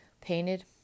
painted